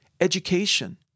Education